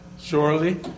Surely